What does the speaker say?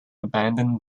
abandoned